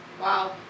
wow